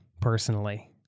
personally